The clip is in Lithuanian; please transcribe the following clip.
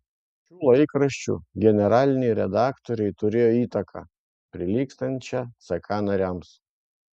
šių laikraščių generaliniai redaktoriai turėjo įtaką prilygstančią ck nariams